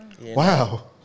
wow